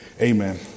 Amen